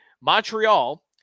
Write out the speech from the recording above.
Montreal